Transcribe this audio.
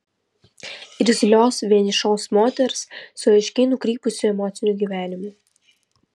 irzlios vienišos moters su aiškiai nukrypusiu emociniu gyvenimu